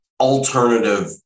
alternative